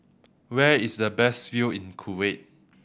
where is the best view in Kuwait